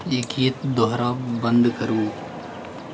ई गीत दोहराब बंद करू